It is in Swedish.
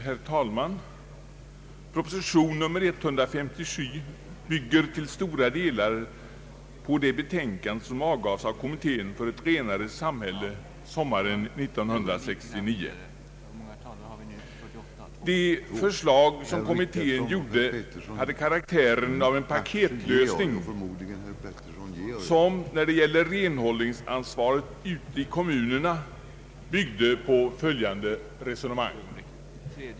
Herr talman! Proposition nr 157 bygger till stora delar på det betänkande som Kommittén för ett renare samhälle avgav sommaren 1969. De förslag som kommittén lade fram hade karaktären av en paketlösning, som när det gäller renhållningsansvaret ute i kommunerna byggde på följande resonemang.